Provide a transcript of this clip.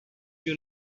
you